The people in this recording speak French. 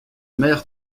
mère